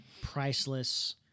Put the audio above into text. priceless